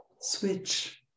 switch